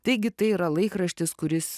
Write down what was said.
taigi tai yra laikraštis kuris